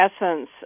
essence